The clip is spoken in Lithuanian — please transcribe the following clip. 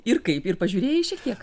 ir kaip ir pažiūrėjai šiek tiek